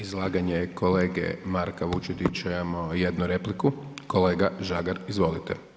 Na izlaganje kolege Marka Vučetića, imamo jednu repliku, kolega Žagar, izvolite.